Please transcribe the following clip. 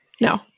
No